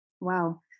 Wow